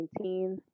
2019